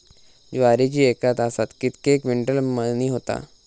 ज्वारीची एका तासात कितके क्विंटल मळणी होता?